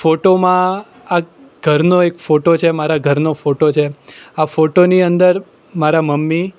ફોટોમાં આ ઘરનો એક ફોટો છે મારા ઘરનો ફોટો છે આ ફોટોની અંદર મારાં મમ્મી